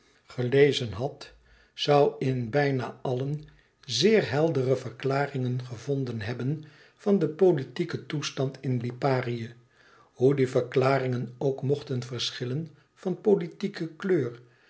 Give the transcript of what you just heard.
gelezen had zoû in bijna allen zeer heldere verklaringen gevonden hebben van den politieken toestand in liparië hoe die verklaringen ook mochten verschillen van politieke kleur